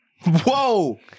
Whoa